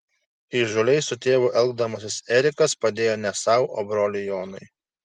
įžūliai su tėvu elgdamasis erikas padėjo ne sau o broliui jonui